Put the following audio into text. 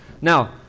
Now